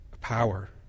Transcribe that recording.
power